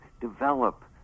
develop